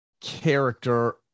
character